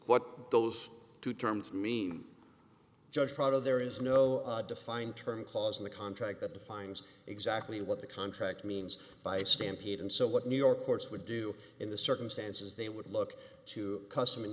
what those two terms mean just part of there is no defined term clause in the contract that defines exactly what the contract means by stampede and so what new york courts would do in the circumstances they would look to custom